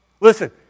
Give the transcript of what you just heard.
Listen